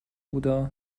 بودا